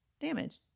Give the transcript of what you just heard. damage